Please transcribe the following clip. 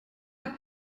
hat